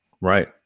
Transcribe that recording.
Right